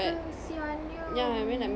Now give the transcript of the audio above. kasihannya